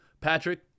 Patrick